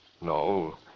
No